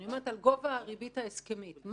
אני מדברת על גובה הריבית ההסכמית.